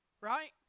right